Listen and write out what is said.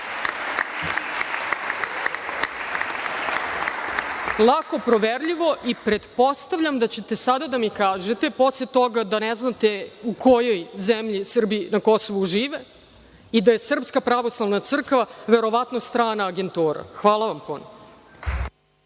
Lako proverljivo. Pretpostavljam da ćete sada da mi kažete, posle toga, da ne znate u kojoj zemlji Srbi na Kosovu žive i da je Srpska pravoslavna crkva verovatno strana agentura. Hvala vam puno.